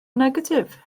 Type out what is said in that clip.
negatif